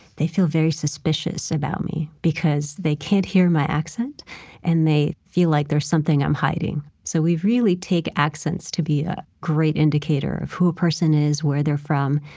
they feel very suspicious about me because they can't hear my accent and they feel like there's something i'm hiding. so we really take accents to be a great indicator of who a person is, where they're from.